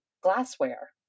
glassware